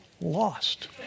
lost